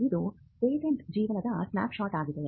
ಇದು ಪೇಟೆಂಟ್ ಜೀವನದ ಸ್ನ್ಯಾಪ್ಶಾಟ್ ಆಗಿದೆ